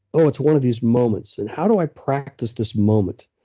oh, it's one of these moments. and how do i practice this moment?